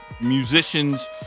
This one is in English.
musicians